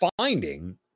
finding